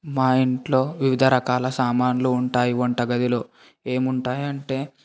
మా ఇంట్లో వివిధ రకాల సామాన్లు ఉంటాయి వంట గదిలో ఏముంటాయంటే